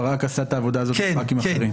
ברק עשה את העבודה הזאת עם ח"כים אחרים.